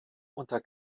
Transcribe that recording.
unter